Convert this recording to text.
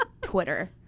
Twitter